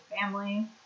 family